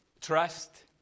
Trust